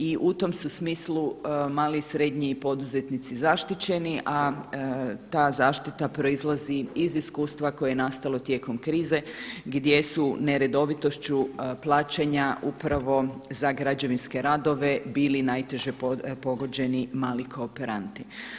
I u tom su smislu mali i srednji poduzetnici zaštićeni a ta zaštita proizlazi iz iskustva koje je nastalo tijekom krize gdje su neredovitošću plaćanja upravo za građevinske radove bili najteže pogođeni mali kooperanti.